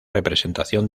representación